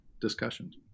discussions